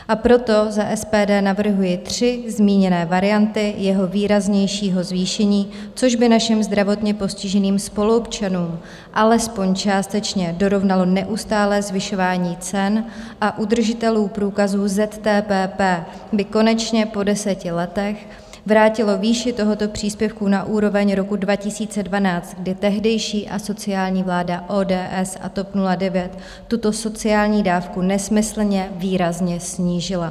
A proto za SPD navrhuji tři zmíněné varianty jeho výraznějšího zvýšení, což by našim zdravotně postiženým spoluobčanům alespoň částečně dorovnalo neustálé zvyšování cen a u držitelů průkazů ZTP/P by konečně po deseti letech vrátilo výši tohoto příspěvku na úroveň roku 2012, kdy tehdejší asociální vláda ODS a TOP 09 tuto sociální dávku nesmyslně výrazně snížila.